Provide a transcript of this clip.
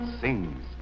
sings